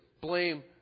blame